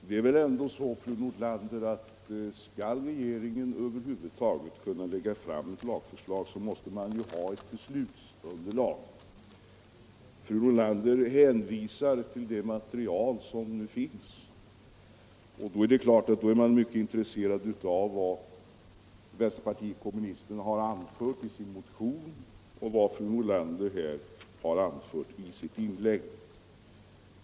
Herr talman! Det är väl ändå så, fru Nordlander, att om regeringen över huvud taget skall kunna lägga fram ett lagförslag måste det finnas ett beslutsunderlag. Fru Nordlander hänvisar till det material som nu finns. Då är man naturligtvis mycket intresserad av vad vänsterpartiet kommunisterna har anfört i sin motion och vad fru Nordlander här har anfört i sitt inlägg.